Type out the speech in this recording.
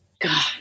God